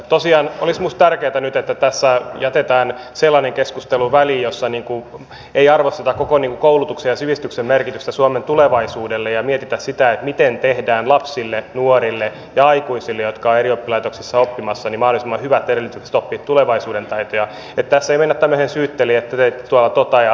tosiaan olisi minusta tärkeätä nyt että tässä jätetään sellainen keskustelu väliin jossa ei arvosteta koko koulutuksen ja sivistyksen merkitystä suomen tulevaisuudelle ja mietitä sitä miten tehdään lapsille nuorille ja aikuisille jotka ovat eri oppilaitoksissa oppimassa mahdollisimman hyvät edellytykset oppia tulevaisuuden taitoja että tässä ei mennä tämmöiseen syyttelyyn että te teitte tuota ja te teitte tätä